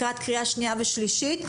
לקראת קריאה שנייה ושלישית,